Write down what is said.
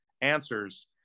answers